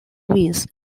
wings